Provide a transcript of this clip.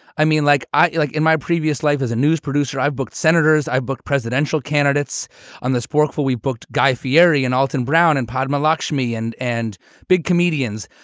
i mean, like i like in my previous life as a news producer, i've booked senators, i've booked presidential candidates on the sporkful. we've booked guy fiori and alton brown and padma lakshmi and and big comedians.